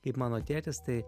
kaip mano tėtis tai